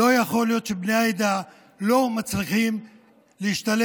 לא יכול להיות שבני העדה לא מצליחים להשתלב,